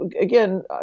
again